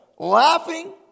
laughing